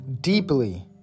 deeply